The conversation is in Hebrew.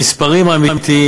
המספרים האמיתיים.